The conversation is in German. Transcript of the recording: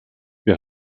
wir